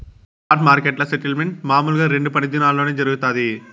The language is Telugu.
స్పాట్ మార్కెట్ల సెటిల్మెంట్ మామూలుగా రెండు పని దినాల్లోనే జరగతాది